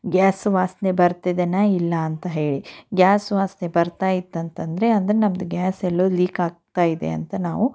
gas ವಾಸನೆ ಬರ್ತಿದೆಯಾ ಇಲ್ಲ ಅಂತ ಹೇಳಿ ಗ್ಯಾಸ್ ವಾಸನೆ ಬರ್ತಾ ಇತ್ತಂತಂದರೆ ಅಂದರೆ ನಮ್ಮದು ಗ್ಯಾಸ್ ಎಲ್ಲೋ ಲೀಕ್ ಆಗ್ತಾ ಇದೆ ಅಂತ ನಾವು